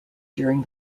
during